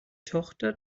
tochter